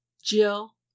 Jill